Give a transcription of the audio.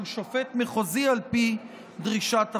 שהוא שופט מחוזי על פי דרישת החוק,